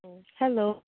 hello